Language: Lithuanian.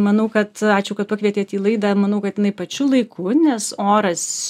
manau kad ačiū kad pakvietėt į laidą manau kad jinai pačiu laiku nes oras